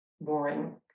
boring